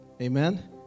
amen